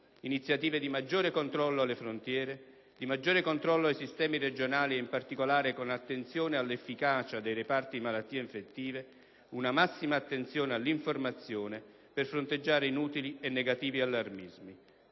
iniziative di maggior controllo alle frontiere e ai sistemi regionali, con particolare attenzione all'efficacia dei reparti di malattie infettive; una massima attenzione all'informazione per fronteggiare inutili e negativi allarmismi.